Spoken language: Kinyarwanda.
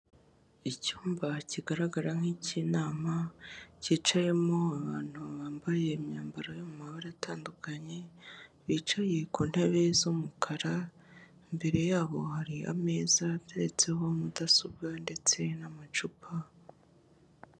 Icyumba kigaragara nk'ik'inama cyicayemo abantu bambaye imyambaro yo mu mabara atandukanye, bicaye ku ntebe z'umukara, imbere yabo hari ameza ndetse wo mudasobwa ndetse n'amacupa.